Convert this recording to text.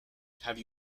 have